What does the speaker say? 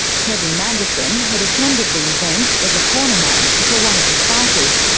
kevin manderson had attended the event as a corner man for one of the fighters,